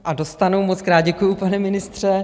A dostanu, mockrát děkuju, pane ministře.